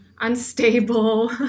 unstable